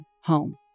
home